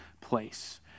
place